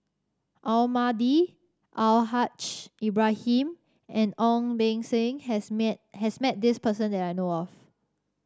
Almahdi Al Haj Ibrahim and Ong Beng Seng has has met this person that I know of